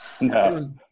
No